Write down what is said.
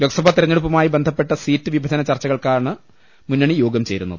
ലോക്സഭാതെരഞ്ഞെടുപ്പുമായി ബന്ധപ്പെട്ട സീറ്റ് വിഭ ജന ചർച്ചകൾക്കായാണ് മുന്നണി യോഗം ചേരുന്നത്